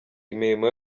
imirimo